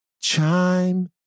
chime